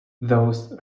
those